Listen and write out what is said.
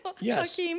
Yes